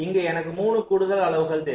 இங்கு எனக்கு 3 கூடுதல் அலகுகள் தேவை